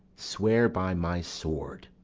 swear by my sword.